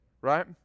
right